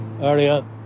area